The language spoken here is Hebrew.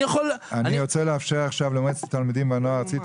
אני רוצה לאפשר עכשיו למועצת התלמידים והנוער הארצית.